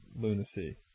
lunacy